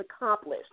accomplished